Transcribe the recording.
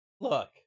Look